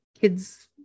Kids